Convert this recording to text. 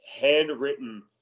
Handwritten